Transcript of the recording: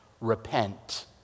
Repent